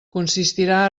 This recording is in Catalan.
consistirà